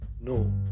No